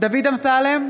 דוד אמסלם,